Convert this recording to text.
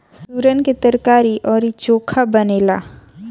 सुरन के तरकारी अउरी चोखा बनेला